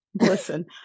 listen